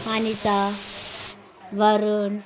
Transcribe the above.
Anitha Varun